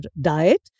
diet